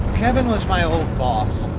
kevin was my old boss.